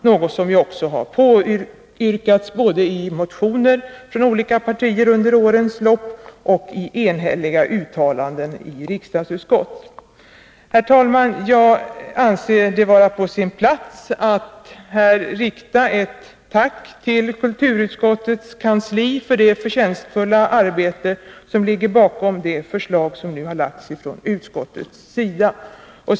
Detta har också påyrkats både i motioner från olika partier under årens lopp och i enhälliga uttalanden i riksdagsutskott. Herr talman, jag anser det vara på sin plats att här rikta ett tack till kulturutskottets kansli för det förtjänstfulla arbete som ligger bakom de förslag som nu har lagts fram från utskottets sida.